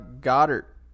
Goddard